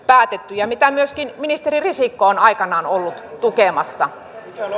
päätetty ja mitä myöskin ministeri risikko on aikanaan ollut tukemassa